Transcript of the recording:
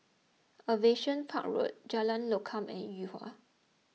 Aviation Park Road Jalan Lokam and Yuhua